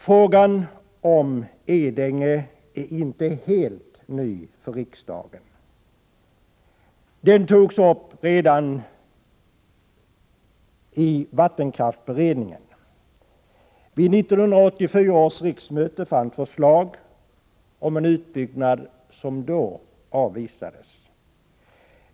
Frågan om Edänge är inte helt ny för riksdagen — den togs upp redan i vattenkraftsberedningen. Vid 1984 års riksmöte fanns förslag om en utbyggnad som då avvisades.